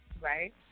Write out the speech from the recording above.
Right